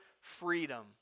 freedom